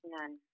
None